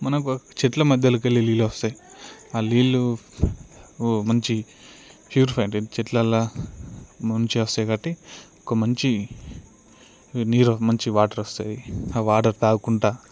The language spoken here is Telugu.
మనకు చెట్ల మధ్యలోకి వెళ్లి నీళ్ళు వస్తాయి ఆ నీళ్లు మంచి ప్యూరిఫైయర్ చెట్లల్లో నుంచి వస్తాయి కాబట్టి ఒక మంచి నీరు ఒక మంచి వాటర్ వస్తాయి ఆ వాటర్ తాగు కుంటూ